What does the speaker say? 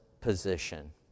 position